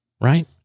Right